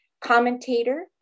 commentator